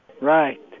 Right